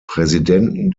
präsidenten